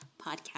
podcast